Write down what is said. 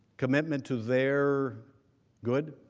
commitment to their good.